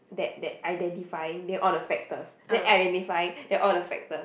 that that identifying then all the factors then identifying then all the factors